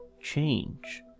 change